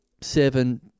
seven